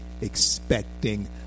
expecting